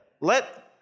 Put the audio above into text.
let